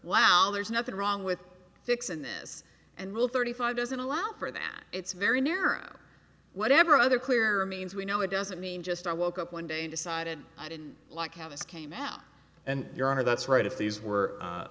wow there's nothing wrong with fixing this and rule thirty five doesn't allow for that it's very near or whatever other clear means we know it doesn't mean just i woke up one day and decided i didn't like have this came out and your honor that's right if these were